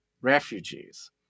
refugees